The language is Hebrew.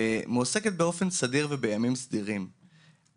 ומועסקת באופן סדיר ובימים סדירים.